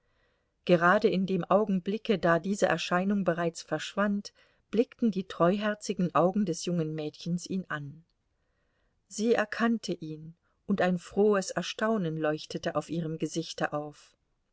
gerade in dem augenblicke da diese erscheinung bereits verschwand blickten die treuherzigen augen des jungen mädchens ihn an sie erkannte ihn und ein frohes erstaunen leuchtete auf ihrem gesichte auf